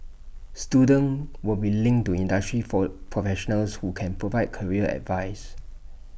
students will be linked to industry for professionals who can provide career advice